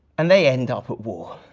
and they end up at war.